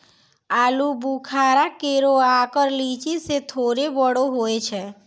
आलूबुखारा केरो आकर लीची सें थोरे बड़ो होय छै